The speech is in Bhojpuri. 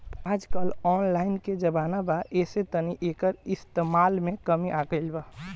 आजकल ऑनलाइन के जमाना बा ऐसे तनी एकर इस्तमाल में कमी आ गइल बा